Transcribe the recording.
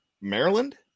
Maryland